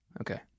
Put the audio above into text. Okay